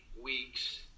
weeks